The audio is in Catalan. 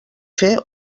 fer